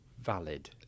valid